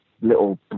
little